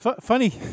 funny